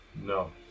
No